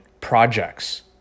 projects